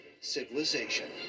civilization